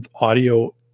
audio